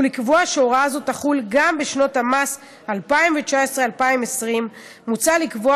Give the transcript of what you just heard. ולקבוע שהוראה זו תחול גם בשנות המס 2019-2020. מוצע לקבוע